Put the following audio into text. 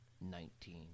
nineteen